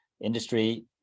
industry